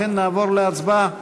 לכן נעבור להצבעה.